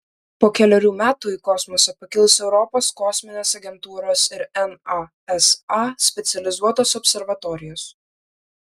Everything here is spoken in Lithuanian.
po kelerių metų į kosmosą pakils europos kosminės agentūros ir nasa specializuotos observatorijos